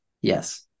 Yes